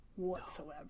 Whatsoever